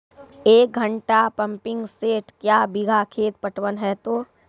एक घंटा pumping set क्या बीघा खेत पटवन है तो?